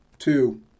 two